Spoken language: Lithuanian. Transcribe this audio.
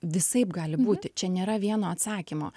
visaip gali būti čia nėra vieno atsakymo